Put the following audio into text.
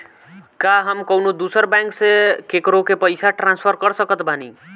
का हम कउनों दूसर बैंक से केकरों के पइसा ट्रांसफर कर सकत बानी?